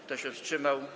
Kto się wstrzymał?